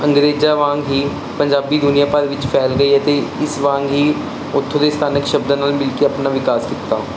ਅੰਗਰੇਜ਼ਾਂ ਵਾਂਗ ਹੀ ਪੰਜਾਬੀ ਦੁਨੀਆਂ ਭਰ ਵਿੱਚ ਫੈਲ ਗਈ ਹੈ ਤੇ ਇਸ ਵਾਂਗ ਹੀ ਉਥੋਂ ਦੇ ਸਥਾਨਕ ਸ਼ਬਦਾਂ ਨਾਲ ਮਿਲ ਕੇ ਆਪਣਾ ਵਿਕਾਸ ਕੀਤਾ